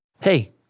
Hey